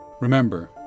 Remember